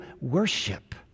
worship